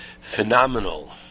phenomenal